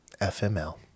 FML